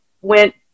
went